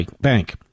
Bank